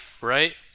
right